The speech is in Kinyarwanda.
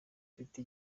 mfite